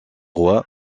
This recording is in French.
roy